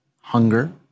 hunger